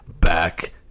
back